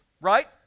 right